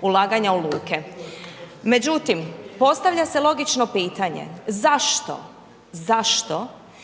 ulaganja u luke. Međutim, postavlja se logično pitanje, zašto zašto